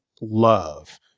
love